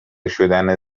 شدن